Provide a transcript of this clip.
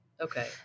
Okay